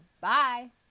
Bye